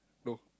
no